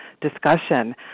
discussion